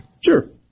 Sure